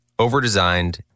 over-designed